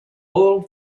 all